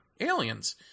aliens